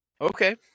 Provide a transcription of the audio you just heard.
Okay